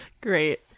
Great